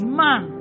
man